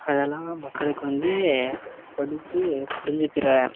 அதெல்லாம் மக்களுக்கு வந்து படித்து புரிஞ்சுக்கிற